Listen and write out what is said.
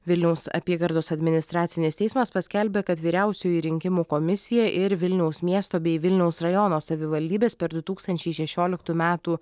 vilniaus apygardos administracinis teismas paskelbė kad vyriausioji rinkimų komisija ir vilniaus miesto bei vilniaus rajono savivaldybės per du tūkstančiai šešioliktų metų